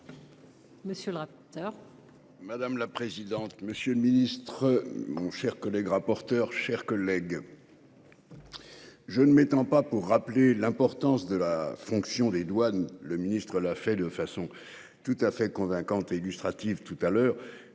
Monsieur le rapporteur.